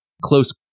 close